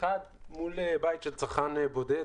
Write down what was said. מול בית של צרכן בודד,